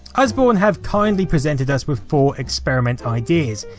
usborne have kindly presented us with four experiment ideas,